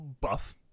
buff